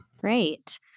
Great